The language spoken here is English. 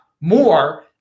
more